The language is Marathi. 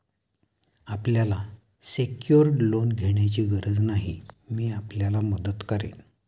आपल्याला सेक्योर्ड लोन घेण्याची गरज नाही, मी आपल्याला मदत करेन